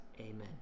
Amen